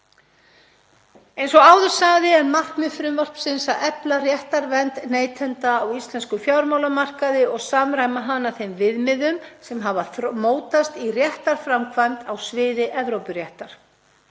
Eins og áður sagði er markmið frumvarpsins að efla réttarvernd neytenda á íslenskum fjármálamarkaði og samræma hana þeim viðmiðum sem hafa mótast í réttarframkvæmd á sviði Evrópuréttar,